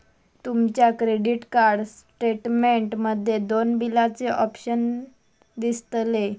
तुमच्या credit card statement मध्ये दोन बिलाचे ऑप्शन दिसतले